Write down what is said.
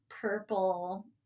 purple